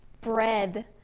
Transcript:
Bread